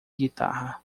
guitarra